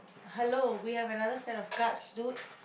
hello we have another set of cards dude